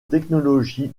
technologie